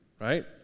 right